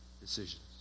decisions